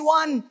one